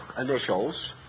initials